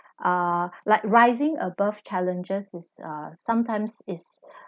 ah like rising above challenges is uh sometimes is